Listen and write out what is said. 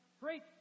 Great